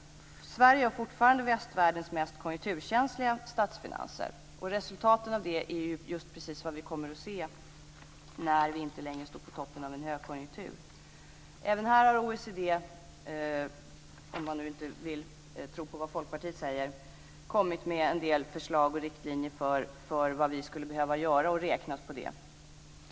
Sverige har fortfarande västvärldens mest konjunkturkänsliga statsfinanser. Resultatet av det är just precis vad vi kommer att se när vi inte längre står på toppen av en högkonjunktur. Även här har OECD - om man nu inte vill tro på vad Folkpartiet säger - kommit med en del förslag och riktlinjer för vad vi skulle behöva göra. Man har räknat på detta.